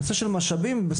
הנושא של משאבים יושב,